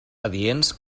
adients